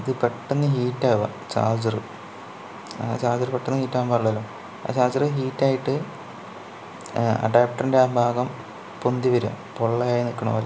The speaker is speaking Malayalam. ഇത് പെട്ടെന്ന് ഹീറ്റ് ആവുക ചാർജർ ചാർജർ പെട്ടെന്ന് ഹീറ്റാകാൻ പാടില്ലല്ലോ ആ ചാർജർ ഹീറ്റായിട്ട് അഡാപ്റ്ററിൻ്റെ ആ ഭാഗം പൊന്തി വരിക പൊള്ളയായി നിൽക്കുന്നത് പോലെ